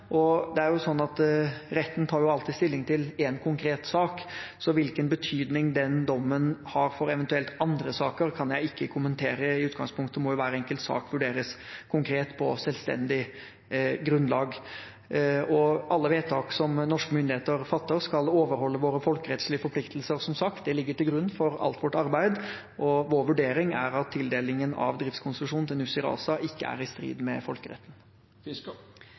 Retten tar jo alltid stilling til én konkret sak, så hvilken betydning den dommen har for eventuelle andre saker, kan jeg ikke kommentere. I utgangspunktet må hver enkelt sak vurderes konkret på selvstendig grunnlag. Alle vedtak som norske myndigheter fatter, skal som sagt overholde våre folkerettslige forpliktelser, det ligger til grunn for alt vårt arbeid. Vår vurdering er at tildelingen av driftskonsesjon til Nussir ASA ikke er i strid med folkeretten.